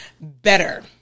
better